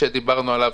שדיברנו עליו,